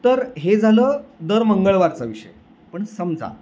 तर हे झालं दर मंगळवारचा विषय पण समजा